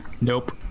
Nope